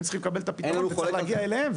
הם צריכים לקבל את הפתרון וצריך להגיע אליהם.